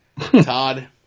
Todd